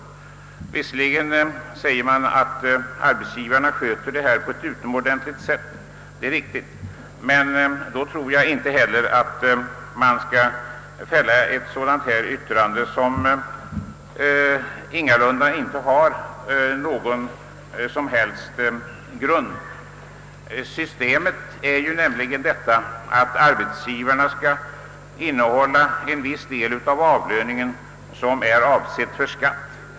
Visserligen sägs det att arbetsgivarna sköter skatteuppbörden på ett utomordentligt sätt, det är riktigt, men då skall man inte heller göra sådana uttalanden som det här citerade som helt saknar grund. Systemet är ju nämligen sådant, att arbetsgivaren skall innehålla en viss del av avlöningen, som är avsedd för skatt.